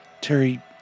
Terry